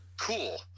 cool